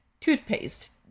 toothpaste